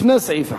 לפני סעיף 1,